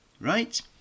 Right